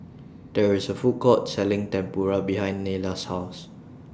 There IS A Food Court Selling Tempura behind Nella's House